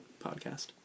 podcast